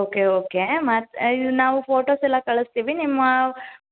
okay okay ಮತ್ತು ಇಲ್ಲಿ ನಾವು ಫೋಟೋಸ್ ಎಲ್ಲ ಕಳಿಸ್ತೀವಿ ನಿಮ್ಮ